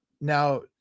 now